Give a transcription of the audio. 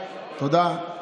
תודה.